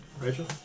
Rachel